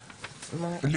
- משחקייה.